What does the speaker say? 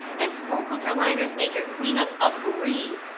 and slow cooker liners make your clean up a breeze.